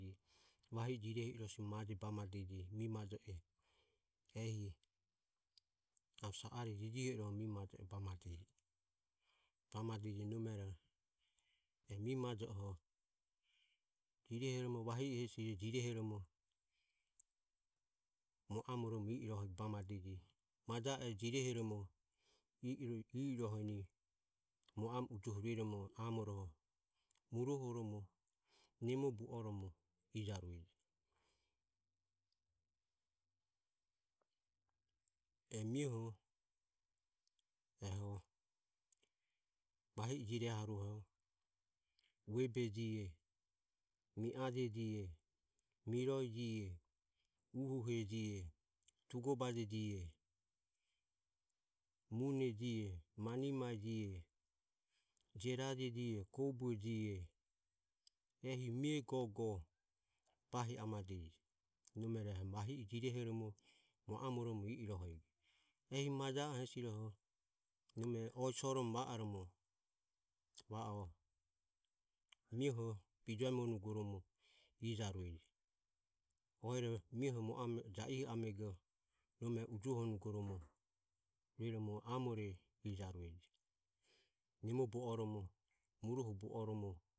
Vahi e jireharue maje bamadeje mimaje ehi ave sa are jijiho iro mi maje bamadeje. Bamade nomero e mi majo oho jirehoromo vahi e hesi jirehoromo muamoromo i i rohego bamadeje. Maja e jirehoromo i iroheni mu amoromo ujoho rueromo amoro muruohorom nemo bu oromo ijarueje. E mioho eho vahi e jireharuoho vuebe jie mi aje jie miroe jie uhuhe jie tugobaje jie mune jie manimae jie jioraje jie kobue jie ehi mie gogo bahi amadeje. Nomero vahi e jirehoromo mu amoromo i irohego ehi maja e hesiroho oe soromo va oromo va o mioho bijuemonugoromo ijarueje. Oero mioho ja iho amego ujuhoromo rueromo amore ijarueje. Nemo bu oromo muruoho bu oromo.